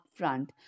upfront